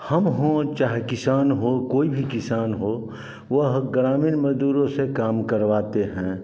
हम हों चाहे किसान हों कोई भी किसान हो वह ग्रामीण मज़दूरों से काम करवाते हैं